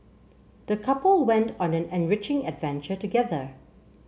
the couple went on an enriching adventure together